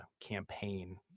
campaign